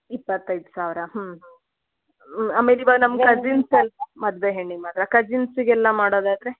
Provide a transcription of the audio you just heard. ಇಪ್ಪತ್ತೈದು ಸಾವಿರ ಆಮೇಲಿವಾಗ ನಮ್ಮ ಕಸಿನ್ಸ್ ಮದುವೆ ಹೆಣ್ಣಿಗೆ ಮಾತ್ರ ಕಸಿನ್ಸಿಗೆಲ್ಲ ಮಾಡೋದಾದ್ರೆ